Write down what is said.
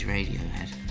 Radiohead